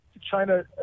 China